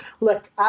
Look